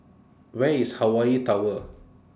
Where IS Hawaii Tower